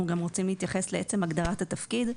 גם רוצים להתייחס לעצם הגדרת התפקיד,